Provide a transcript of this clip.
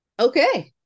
okay